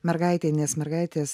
mergaitei nes mergaitės